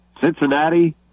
Cincinnati